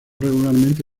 regularmente